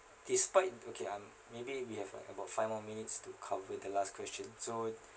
despite okay um maybe we have like about five more minutes to cover the last question so